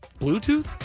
Bluetooth